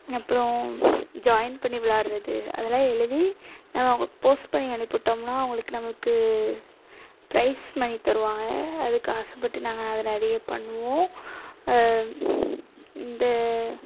அப்புறோம் ஜாயிண்ட் பண்ணி விளாட்றது அதெலாம் எழுதி நான் அவங்களுக்கு போஸ்ட் பண்ணி அனுப்பி விட்டோம்னா அவங்களுக்கு நமக்கு ப்ரைஸ் மனி தருவாங்க அதுக்கு ஆசைப்பட்டு நாங்கள் அது நிறைய பண்ணுவோம் இந்த